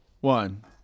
one